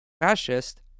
fascist